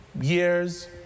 years